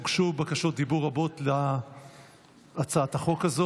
הוגשו בקשות דיבור רבות להצעת החוק הזו,